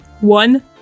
one